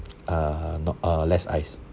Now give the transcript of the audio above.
uh nor~ uh less ice